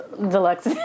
deluxe